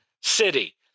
city